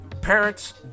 parents